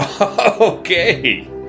Okay